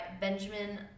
Benjamin